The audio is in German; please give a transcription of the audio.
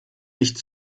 nicht